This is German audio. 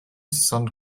saint